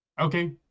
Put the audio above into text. Okay